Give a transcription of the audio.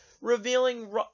revealing